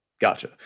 Gotcha